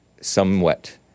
somewhat